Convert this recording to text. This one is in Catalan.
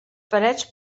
parets